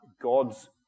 God's